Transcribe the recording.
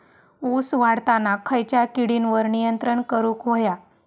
ऊस वाढताना खयच्या किडींवर नियंत्रण करुक व्हया?